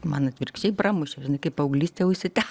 man atvirkščiai pramušė žinai kaip paauglystė užsitęs